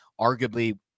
arguably